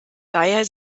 daher